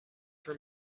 for